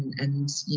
and, you